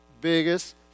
biggest